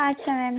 আচ্ছা ম্যাম